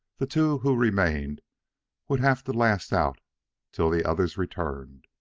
the two who remained would have to last out till the others returned.